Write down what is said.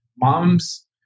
moms